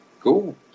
Cool